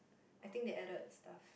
I think they added stuff